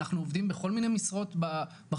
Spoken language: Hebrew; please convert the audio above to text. אנחנו עובדים בכל מיני משרות בחיים